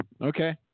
Okay